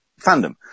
fandom